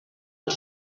els